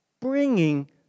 bringing